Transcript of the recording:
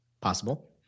possible